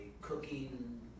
cooking